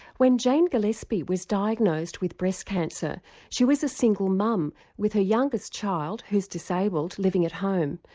when jane gillespie was diagnosed with breast cancer she was a single mum with her youngest child who's disabled, living at home,